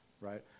Right